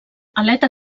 aleta